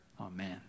Amen